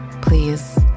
please